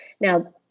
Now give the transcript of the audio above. Now